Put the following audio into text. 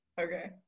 Okay